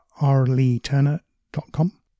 rleeturner.com